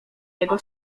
jego